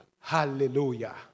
Hallelujah